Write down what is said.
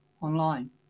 online